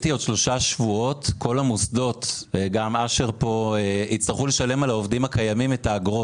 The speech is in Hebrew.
שלושה שבועות כל המוסדות יצטרכו לשלם את האגרות על העובדים הקיימים.